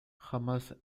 jamás